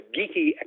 geeky